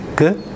good